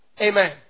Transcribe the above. Amen